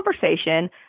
conversation